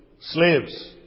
slaves